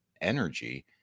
energy